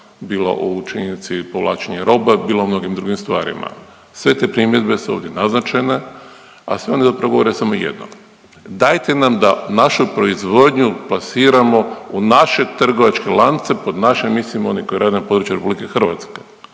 bilo u činjenici povlačenje roba, bilo u mnogim drugim stvarima. Sve te primjedbe su ovdje naznačene, a sve one zapravo govore samo jedno dajte nam da naša proizvodnju plasiramo u naše trgovačke lance. Pod naše mislim oni koji rade na području Republike Hrvatske.